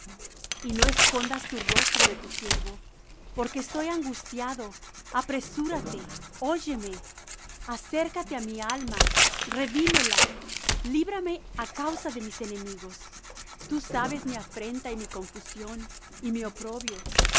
y no escondas tu rostro de tu siervo porque estoy angustiado apresúrate óyeme acércate á mi alma redímela líbrame á causa de mis enemigos tú sabes mi afrenta y mi confusión y mi oprobio